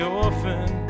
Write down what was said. orphan